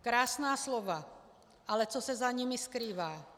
Krásná slova, ale co se za nimi skrývá.